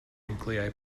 nuclei